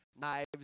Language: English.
knives